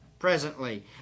Presently